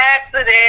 accident